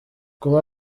kuba